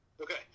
Okay